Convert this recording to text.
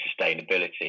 sustainability